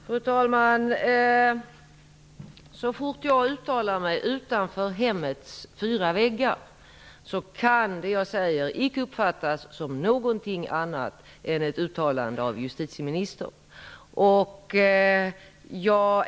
Fru talman! Så fort jag uttalar mig utanför hemmets fyra väggar kan det jag säger icke uppfattas som någonting annat än ett uttalande av justitieministern.